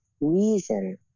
reason